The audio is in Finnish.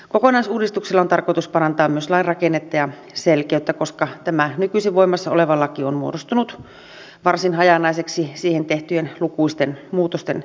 kokonaisuudistuksella on tarkoitus parantaa myös lain rakennetta ja selkeyttä koska tämä nykyisin voimassa oleva laki on muodostunut varsin hajanaiseksi siihen tehtyjen lukuisten muutosten vuoksi